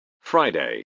Friday